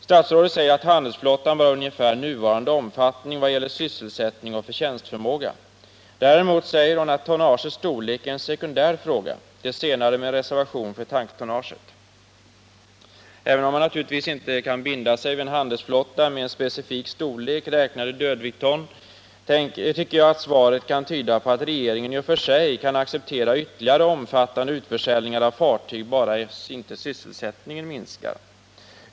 Statsrådet säger att handelsflottan bör ha ungefär nuvarande omfattning i vad gäller sysselsättning och förtjänstförmåga men att tonnagets storlek är en sekundär fråga — det senare med reservation för tanktonnaget. Även om man naturligtvis inte skall binda sig vid en handelsflotta med en specifik storlek räknat i dödviktston, tycker jag att svaret kan tyda på att regeringen i och för sig kan acceptera ytterligare omfattande utförsäljningar av fartyg om inte sysselsättningen minskar.